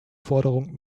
forderung